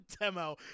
demo